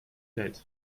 late